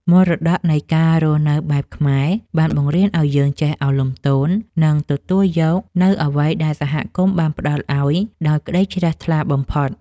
មរតកនៃការរស់នៅបែបខ្មែរបានបង្រៀនឱ្យយើងចេះឱនលំទោន និងទទួលយកនូវអ្វីដែលសហគមន៍បានផ្តល់ឱ្យដោយក្តីជ្រះថ្លាបំផុត។